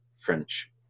French